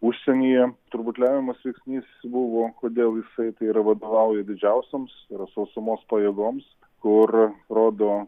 užsienyje turbūt lemiamas veiksnys buvo kodėl jisai tai yra vadovauja didžiausioms yra sausumos pajėgoms kur rodo